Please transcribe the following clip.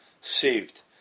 saved